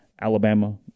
Alabama